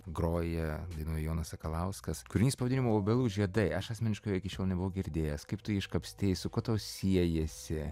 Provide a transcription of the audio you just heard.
groja laidoj jonas sakalauskas kurinys pavadinimu obelų žiedai aš asmeniškai jo iki šiol nebuvau girdėjęs kaip tu jį iškapstei su kuo tau siejasi